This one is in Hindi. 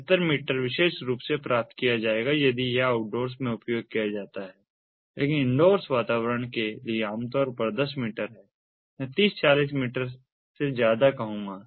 75 मीटर विशेष रूप से प्राप्त किया जाएगा यदि यह ऑउटडोर्स में उपयोग किया जाता है लेकिन इनडोर वातावरण के लिए आमतौर पर 10 मीटर है मैं 30 40 मीटर से ज्यादा कहूँगा